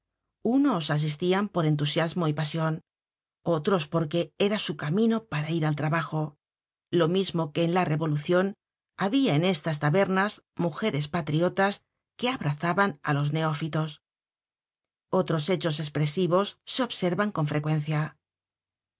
unos asistian por entusiasmo y pasion otros porque era su camino para ir al trabajo lo mismo que en la revolucion habia en estas tabernas mujeres patriotas que abrazaban á los neófitos otros hechos espresivos se observaban con frecuencia